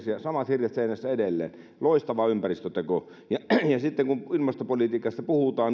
samat hirret seinässä edelleen loistava ympäristöteko sitten kun ilmastopolitiikasta puhutaan